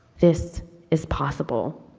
this is possible.